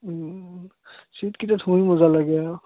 চিটকেইটাত শুই মজা লাগে আৰু